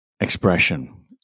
expression